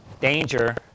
Danger